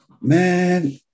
Man